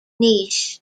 niche